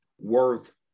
worth